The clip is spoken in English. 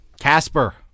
Casper